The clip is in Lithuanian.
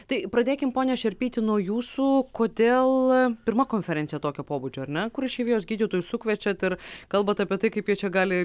tai pradėkim pone šerpytį nuo jūsų kodėl pirma konferencija tokio pobūdžio ar ne kur išeivijos gydytojus sukviečiat ir kalbat apie tai kaip jie čia gali